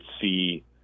see